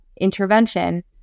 intervention